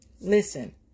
Listen